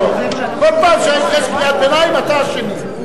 כל פעם שיש קריאת ביניים אתה השני.